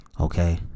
Okay